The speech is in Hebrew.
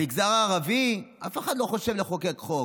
המגזר הערבי, אף אחד לא חושב לחוקק חוק.